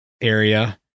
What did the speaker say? area